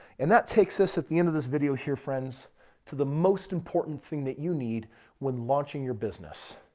and that takes us at the end of this video here friends to the most important thing that you need when launching your business.